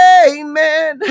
amen